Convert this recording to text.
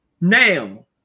Now